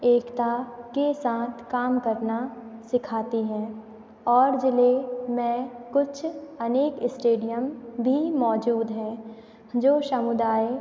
एकता के साथ काम करना सिखाती हैं और जिले मैं कुछ अनेक स्टेडियम भी मौजूद हैं जो समुदाय